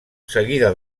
seguida